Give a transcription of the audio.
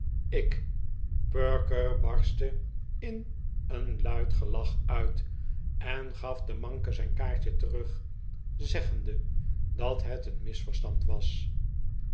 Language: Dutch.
ik perker barstte in een luid gelach uit en gaf den manke zijn kaartje terug zeggende dat het een misverstand was